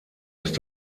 ist